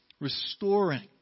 Restoring